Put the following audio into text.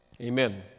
Amen